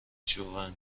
جوون